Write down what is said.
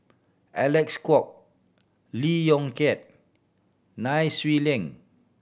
Alec Kuok Lee Yong Kiat Nai Swee Leng